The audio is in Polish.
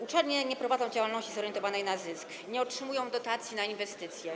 Uczelnie nie prowadzą działalności zorientowanej na zysk, nie otrzymują dotacji na inwestycje.